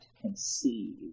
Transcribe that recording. conceive